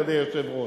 אדוני היושב-ראש,